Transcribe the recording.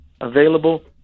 available